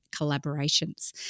collaborations